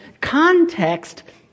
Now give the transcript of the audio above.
context